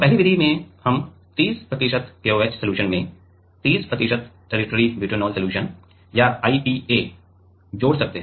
पहली विधि यह है कि हम 30 प्रतिशत KOH सलूशन में 30 प्रतिशत टेरटिअरी ब्यूटेनॉल सलूशन या IPA जोड़ सकते हैं